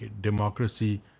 democracy